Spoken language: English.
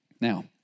Now